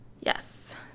yes